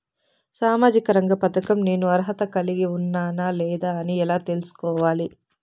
సామాజిక రంగ పథకం నేను అర్హత కలిగి ఉన్నానా లేదా అని ఎలా తెల్సుకోవాలి?